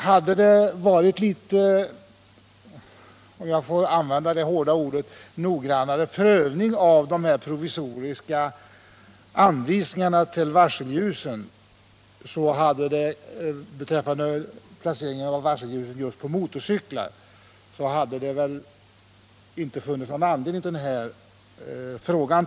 Hade det varit litet noggrannare prövning — om jag får använda det hårda ordet — av de provisoriska anvisningarna beträffande placeringen av varselljusen just på motorcyklar, hade det inte funnits någon anledning till denna fråga.